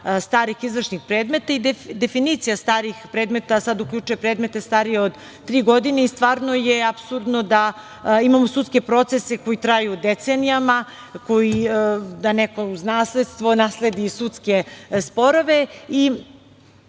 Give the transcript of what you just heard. starih izvršnih predmeta i definicija starih predmeta sada uključuje predmete starije od tri godine. Stvarno je apsurdno da imamo sudske procese koji traju decenijama, da neko uz nasledstvo nasledi i sudske sporove.